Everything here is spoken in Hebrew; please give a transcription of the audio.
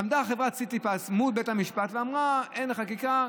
עמדה חברת סיטיפס מול בית המשפט ואמרה: אין חקיקה,